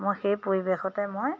মই সেই পৰিৱেশতে মই